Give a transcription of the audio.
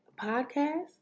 podcast